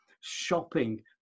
shopping